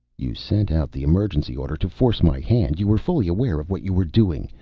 you sent out the emergency order to force my hand. you were fully aware of what you were doing.